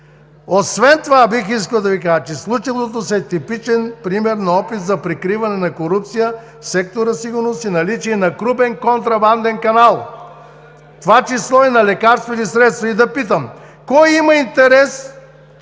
Освен това, бих искал да Ви кажа, че случилото се е типичен пример на опит за прикриване на корупция в сектор „Сигурност“ и наличието на крупен контрабанден канал, в това число и на лекарствени средства. И да питам: кой има интерес